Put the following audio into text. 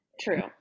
true